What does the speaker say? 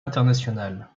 international